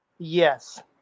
Yes